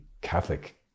Catholic